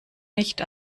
nicht